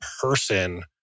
person